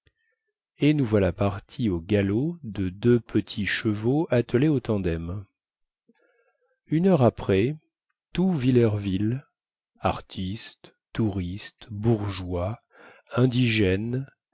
et nous voilà partis au galop de deux petits chevaux attelés en tandem une heure après tout villerville artistes touristes bourgeois indigènes